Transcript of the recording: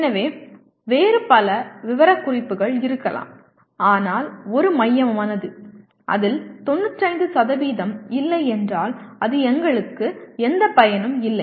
எனவே வேறு பல விவரக்குறிப்புகள் இருக்கலாம் ஆனால் ஒரு மையமானது அதில் 95 இல்லை என்றால் அது எங்களுக்கு எந்த பயனும் இல்லை